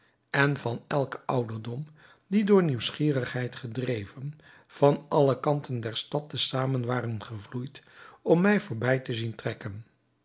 en van elken ouderdom die door nieuwsgierigheid gedreven van alle kanten der stad te zamen waren gevloeid om mij voorbij te zien trekken